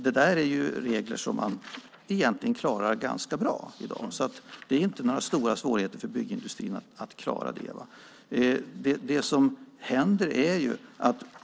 Det är regler som man klarar ganska bra i dag. Det är inte några stora svårigheter för byggindustrin att klara det.